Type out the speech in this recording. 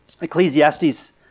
Ecclesiastes